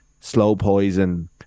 slow-poison